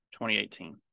2018